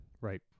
right